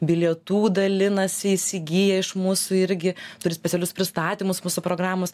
bilietų dalinasi įsigiję iš mūsų irgi turi specialius pristatymus mūsų programos